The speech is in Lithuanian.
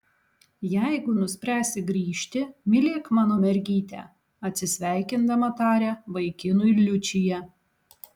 jeigu nuspręsi grįžti mylėk mano mergytę atsisveikindama taria vaikinui liučija